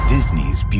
Disney's